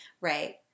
right